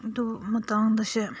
ꯑꯗꯨ ꯃꯇꯥꯡꯗꯁꯦ